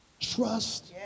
trust